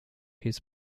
his